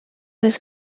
was